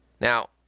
Now